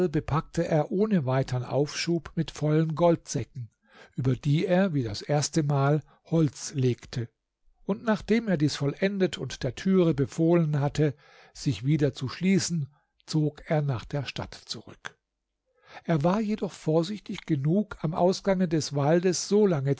bepackte er ohne weitern aufschub mit vollen goldsäcken über die er wie das erste mal holz legte und nachdem er dies vollendet und der türe befohlen hatten sich wieder zu schließen zog er nach der stadt zurück er war jedoch vorsichtig genug am ausgange des waldes solange